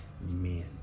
men